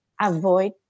avoid